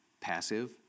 passive